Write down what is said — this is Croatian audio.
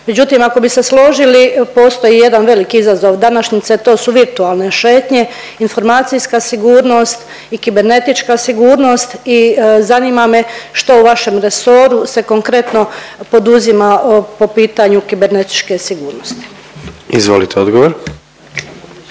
Međutim ako bi se složili postoji jedan veliki izazov današnjice, a to su virtualne šetnje, informacijska sigurnost i kibernetička sigurnost i zanima me što u vašem resoru se konkretno poduzima po pitanju kibernetičke sigurnosti? **Jandroković,